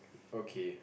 okay